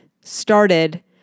started